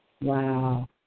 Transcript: wow